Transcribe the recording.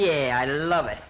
yeah i love it